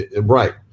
right